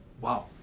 Wow